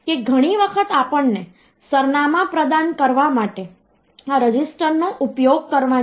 તેથી ત્યાં કેટલા પ્રકારના અંકો હોઈ શકે